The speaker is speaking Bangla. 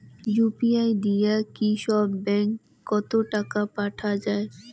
ইউ.পি.আই দিয়া কি সব ব্যাংক ওত টাকা পাঠা যায়?